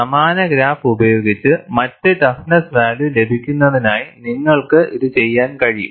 സമാന ഗ്രാഫ് ഉപയോഗിച്ചു മറ്റ് ടഫ്നെസ്സ് വാല്യൂ ലഭിക്കുന്നതിനായി നിങ്ങൾക്ക് ഇത് ചെയ്യാൻ കഴിയും